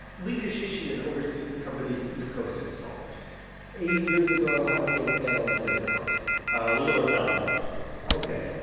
lee keshishian oversees the company's east coast installers eight years ago, how much would a panel like this have cost? a little over a thousand dollars ok.